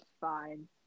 fine